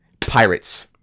pirates